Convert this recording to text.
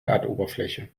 erdoberfläche